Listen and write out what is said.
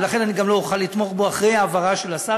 ולכן אני גם לא אוכל לתמוך בו אחרי ההבהרה של השר,